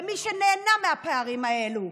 במי שנהנה מהפערים האלה.